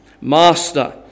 master